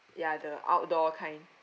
ya the outdoor kind